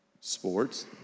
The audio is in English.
Sports